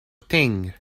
thing